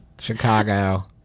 Chicago